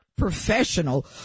professional